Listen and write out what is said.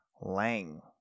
Lang